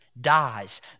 dies